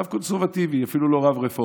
הוא רב קונסרבטיבי, אפילו לא רב רפורמי.